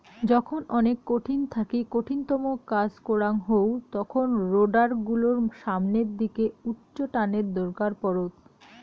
যখন অনেক কঠিন থাকি কঠিনতম কাজ করাং হউ তখন রোডার গুলোর সামনের দিকে উচ্চটানের দরকার পড়ত